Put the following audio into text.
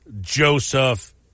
Joseph